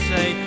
Say